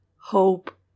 hope